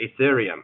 Ethereum